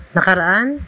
Nakaraan